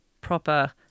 proper